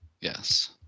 Yes